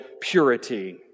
purity